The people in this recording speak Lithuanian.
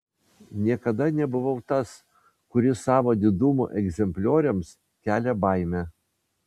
niekada nebuvau tas kuris savo didumo egzemplioriams kelia baimę